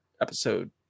episode